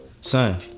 Son